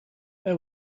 how